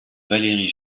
valéry